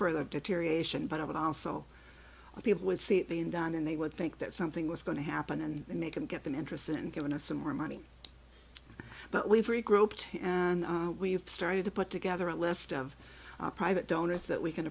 further deterioration but also people would see it being done and they would think that something was going to happen and then they can get them interested and given us some more money but we've regrouped and we've started to put together a list of private donors that we can